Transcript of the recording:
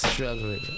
Struggling